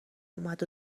اومد